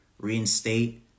reinstate